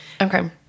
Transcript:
Okay